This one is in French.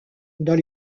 dans